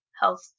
health